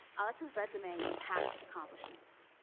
alex's resume is packed with accomplishments.